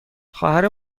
خواهر